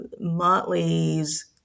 Motley's